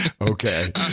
Okay